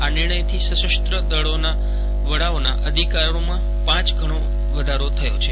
આ નિર્ણયથી સશસ્ત્ર દળના વડાઓના અધિકારોમાં પાંચ ગણો વધારો થયો છે